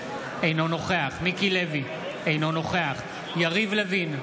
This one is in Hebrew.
אינו נוכח מיקי לוי, אינו נוכח יריב לוין,